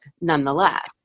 nonetheless